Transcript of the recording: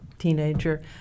teenager